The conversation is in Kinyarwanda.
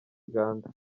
uganda